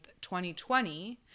2020